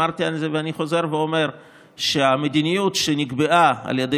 אמרתי את זה ואני חוזר ואומר שהמדיניות שנקבעה על ידי